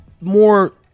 more